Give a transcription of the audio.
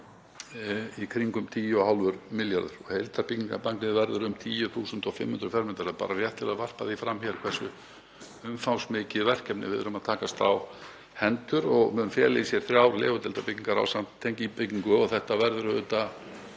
í kringum 10,5 milljarðar. Heildarbyggingarmagnið verður um 10.500 fermetrar, bara rétt til að varpa því fram hér hversu umfangsmikið verkefni við erum að takast á hendur. Það mun fela í sér þrjár legudeildarbyggingar ásamt tengibyggingu og þetta verður auðvitað